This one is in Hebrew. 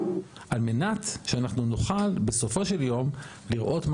על מנת שאנחנו נוכל בסופו של יום לראות מה